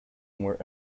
more